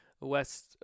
west